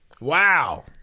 Wow